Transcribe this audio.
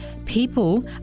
People